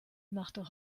machte